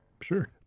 sure